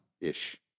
ish